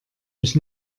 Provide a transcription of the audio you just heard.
mich